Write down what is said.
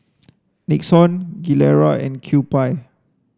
Nixon Gilera and Kewpie